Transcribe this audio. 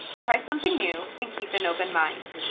try something new, and keep an open mind.